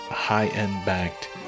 high-end-backed